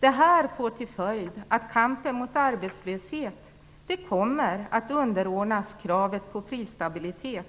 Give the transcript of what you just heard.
Detta får till följd att kampen mot arbetslöshet kommer att underordnas kravet på prisstabilitet.